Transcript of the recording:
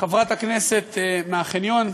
חברת הכנסת מהחניון,